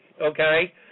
okay